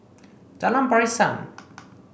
Jalan Pasiran